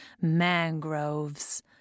Mangroves